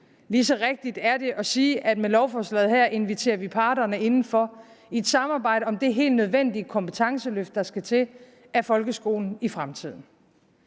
lige så rigtigt er det at sige, at vi med lovforslaget her inviterer parterne indenfor i et samarbejde om det helt nødvendige kompetenceløft af folkeskolen i fremtiden.